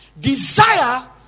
Desire